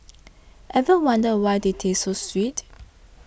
ever wondered why they taste so sweet